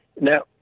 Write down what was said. now